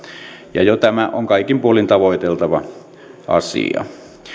ja jo tämä on kaikin puolin tavoiteltava asia